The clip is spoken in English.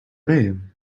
name